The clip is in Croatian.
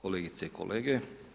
Kolegice i kolege.